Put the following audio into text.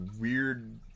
weird